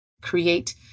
create